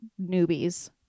newbies